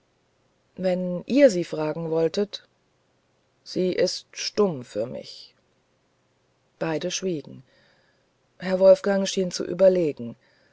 wenn ihr sie fragen wolltet sie ist stumm für mich beide schwiegen herr wolfgang schien zu überlegen